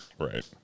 right